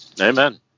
Amen